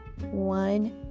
one